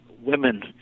women